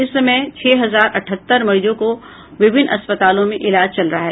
इस समय छह हजार अठहत्तर मरीजों का विभिन्न अस्पतालों में इलाज चल रहा है